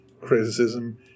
criticism